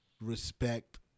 respect